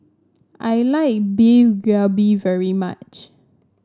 I like Beef Galbi very much